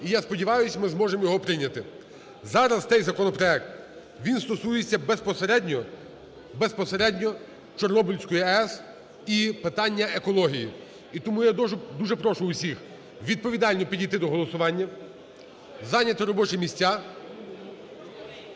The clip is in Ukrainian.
і, я сподіваюся, ми зможемо його прийняти. Зараз цей законопроект, він стосується безпосередньо Чорнобильської АЕС і питання екології. І тому я дуже прошу всіх відповідально підійти до голосування, зайняти робочі місця.